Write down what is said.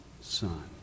Son